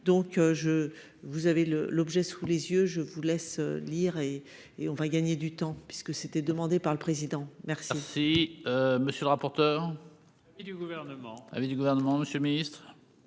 donc je vous avez le l'objet sous les yeux, je vous laisse lire et et on va gagner du temps, puisque c'était demandé par le président. Si, si, monsieur le rapporteur et du Gouvernement avait du gouvernement Monsieur le Ministre.